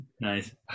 Nice